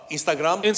Instagram